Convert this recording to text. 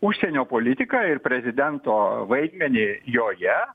užsienio politiką ir prezidento vaidmenį joje